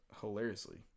hilariously